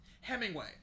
Hemingway